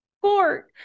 Court